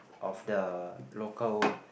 of the local